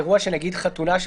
נגיד חתונה,